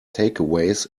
takeaways